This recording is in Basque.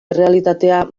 errealitatea